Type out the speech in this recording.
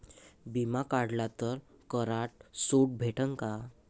बिमा काढला तर करात सूट भेटन काय?